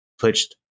pitched